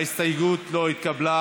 ההסתייגות לא התקבלה.